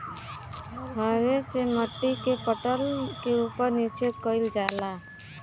हरे से मट्टी के पलट के उपर नीचे कइल जाला